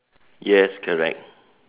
yes correct